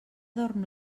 dorm